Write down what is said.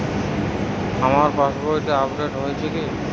আমার পাশবইটা আপডেট হয়েছে কি?